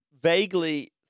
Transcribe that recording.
vaguely